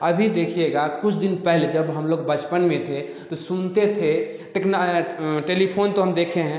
अभी देखिएगा कुछ दिन पहले जब हम लोग बचपन में थे तो सुनते थे टेक्नो टेलीफ़ोन तो हम देखे हैं